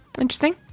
interesting